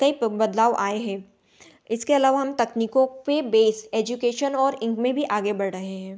कई बदलाव आए है इसके अलावा हम तकनीकों पर बेस एजुकेशन और इनमें भी आगे बढ़ रहे हैं